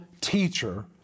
teacher